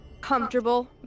comfortable